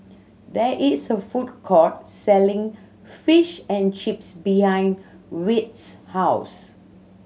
there is a food court selling Fish and Chips behind Wirt's house